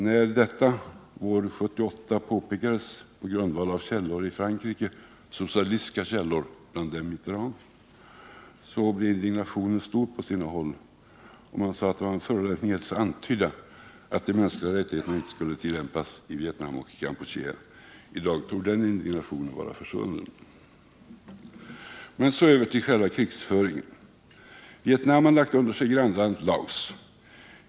När detta år 1978 påpekades på grundval av socialistiska källor i Frankrike, bland dem Mitterrand, blev indignationen stor på sina håll, och man sade att det var en förolämpning att ens antyda att de mänskliga rättigheterna inte skulle tillämpas i Vietnam och Kampuchea. I dag torde den indignationen vara försvunnen. Men så över till själva krigföringen. Vietnam har lagt under sig grannlandet Laos.